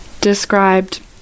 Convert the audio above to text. described